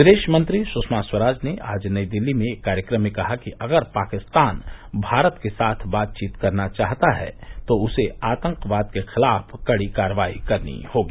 विदेश मंत्री स्षमा स्वराज ने आज नई दिल्ली में एक कार्यक्रम में कहा कि अगर पाकिस्तान भारत के साथ बातचीत करना चाहता है तो उसे आतंकवाद के खिलाफ कड़ी कार्रवाई करनी होगी